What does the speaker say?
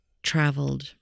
traveled